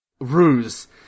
Ruse